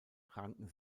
ranken